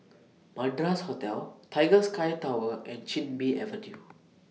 Madras Hotel Tiger Sky Tower and Chin Bee Avenue